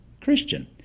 Christian